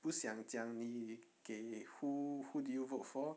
不想讲你给 who who did you vote for